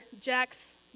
Jack's